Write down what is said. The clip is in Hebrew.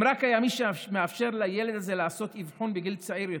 אם רק היה מי שמאפשר לילד הזה לעשות אבחון בגיל צעיר יותר,